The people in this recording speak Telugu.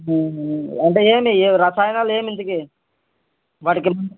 అంటే ఏం లే ఏం రసాయనాలు ఏం ఇంతకీ వాటికి